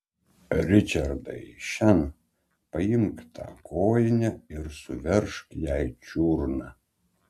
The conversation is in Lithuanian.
ričardai šen paimk tą kojinę ir suveržk jai čiurną